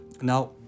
Now